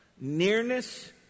Nearness